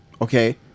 Okay